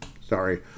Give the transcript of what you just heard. Sorry